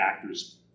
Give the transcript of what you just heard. actors